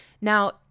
Now